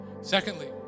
Secondly